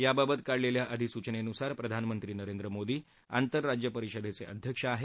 याबाबत काढलेल्या अधिसूचनेन्सार प्रधानमंत्री नरेंद्र मोदी आंतर राज्यपरिषदेचे अध्यक्ष आहेत